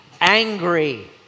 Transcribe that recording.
angry